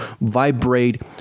vibrate